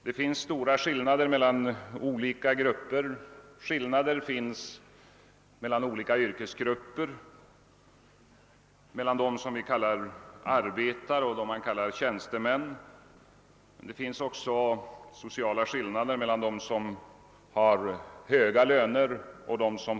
Det finns stora skillnader mellan olika yrkesgrupper, mellan dem som vi kallar arbetare och dem vi kallar tjänstemän: Likaså finns det sociala skillnader mellan högoch lågavlönade.